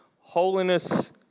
Holiness